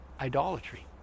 idolatry